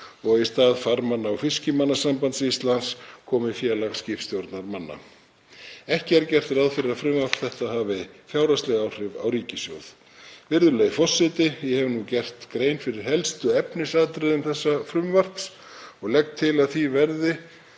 og í stað Farmanna- og fiskimannasambands Íslands komi Félag skipstjórnarmanna. Ekki er gert ráð fyrir að frumvarp þetta hafi fjárhagsleg áhrif á ríkissjóð. Virðulegi forseti. Ég hef nú gert grein fyrir helstu efnisatriðum þessa frumvarps og legg til að því verði,